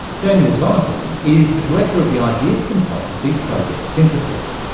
daniel donahoo is the director of the ideas consultancy project synthesis.